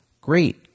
Great